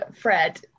Fred